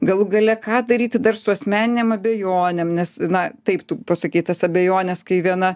galų gale ką daryti dar su asmeninėm abejonėm nes na taip tu pasakei tas abejones kai viena